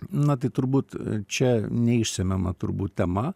na tai turbūt čia neišsemiama turbūt tema